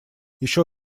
ещё